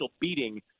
beating